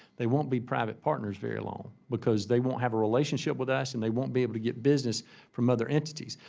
they won't be private partners very long because they won't have a relationship with us and they won't be able to get business from other entities.